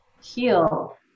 heal